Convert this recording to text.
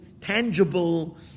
tangible